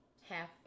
half